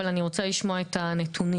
אבל אני רוצה לשמוע את הנתונים,